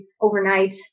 overnight